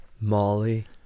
molly